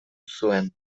zuen